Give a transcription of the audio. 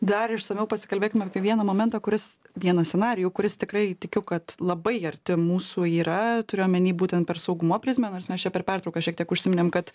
dar išsamiau pasikalbėkim apie vieną momentą kuris vieną scenarijų kuris tikrai tikiu kad labai arti mūsų yra turiu omeny būtent per saugumo prizmę nors mes čia per pertrauką šiek tiek užsiminėm kad